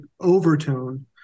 Overtone